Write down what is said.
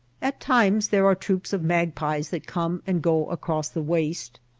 at times there are troops of magpies that come and go across the waste,